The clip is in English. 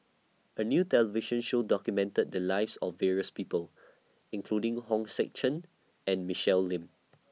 A New television Show documented The Lives of various People including Hong Sek Chern and Michelle Lim